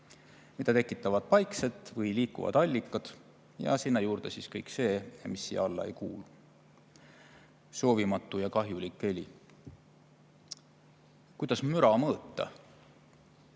mille tekitavad paiksed või liikuvad allikad […]." Ja sinna juurde siis kõik see, mis siia alla ei kuulu – soovimatu ja kahjulik heli. Kuidas müra mõõta?